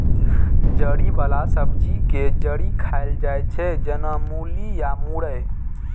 जड़ि बला सब्जी के जड़ि खाएल जाइ छै, जेना मूली या मुरइ